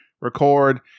record